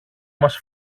μας